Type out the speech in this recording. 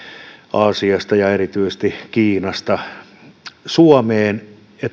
aasiasta ja erityisesti kiinasta suomeen